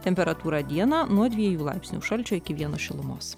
temperatūra dieną nuo dviejų laipsnių šalčio iki vieno šilumos